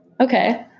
Okay